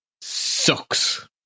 sucks